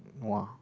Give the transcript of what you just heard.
nua